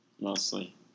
mostly